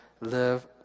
live